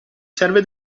serve